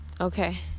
okay